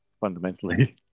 fundamentally